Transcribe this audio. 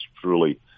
truly